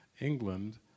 England